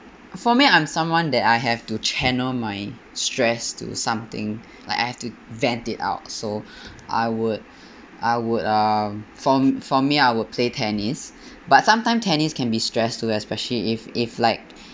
for me I'm someone that have to channel my stress to something like I have to vent it out so I would I would uh for for me I would play tennis but sometime tennis can be stress too especially if if like